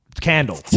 candle